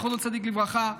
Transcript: זכר צדיק לברכה,